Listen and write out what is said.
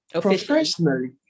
professionally